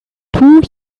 two